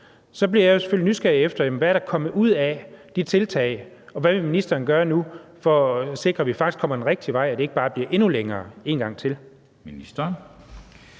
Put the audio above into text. jo selvfølgelig nysgerrig efter at høre, hvad der er kommet ud af de tiltag, og hvad ministeren nu vil gøre for at sikre, at vi faktisk kommer den rigtige vej, og at det ikke bare bliver endnu længere en gang til. Kl.